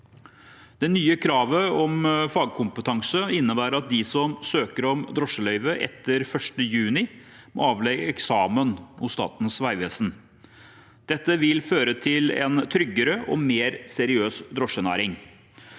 Det nye kravet om fagkompetanse innebærer at de som søker om drosjeløyve etter 1. juni, må avlegge eksamen hos Statens vegvesen. Dette vil føre til en tryggere og mer seriøs drosjenæring.